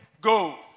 go